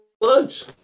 lunch